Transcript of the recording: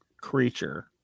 creature